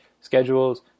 schedules